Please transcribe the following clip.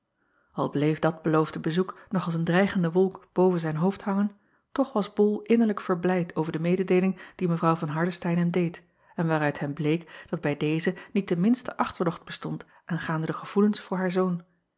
l bleef dat beloofde bezoek nog als een dreigende wolk boven zijn hoofd hangen toch was ol innerlijk verblijd over de mededeeling die evrouw van ardestein hem deed en waaruit hem bleek dat bij deze niet de minste achterdocht bestond aangaande de gevoelens voor haar zoon